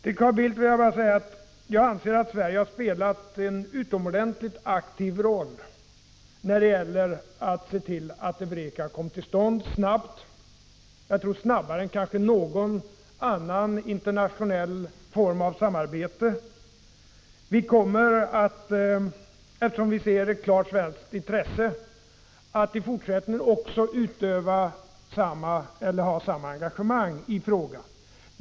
Till Carl Bildt vill jag bara säga att jag anser att Sverige har spelat en utomordentligt aktiv roll när det gäller att se till att samarbetet i EUREKA snabbt skulle komma till stånd — jag tror att det har kommit till stånd snabbare än någon annan form av internationellt samarbete. Eftersom vi här ser ett klart svenskt intresse kommer vi att också i fortsättningen ha samma engagemang i frågan.